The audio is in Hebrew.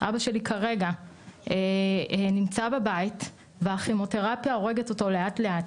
אבא נמצא כרגע בבית והכימותרפיה הורגת אותו לאט לאט